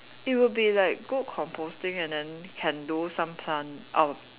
it will be like good composting and then can do some plant uh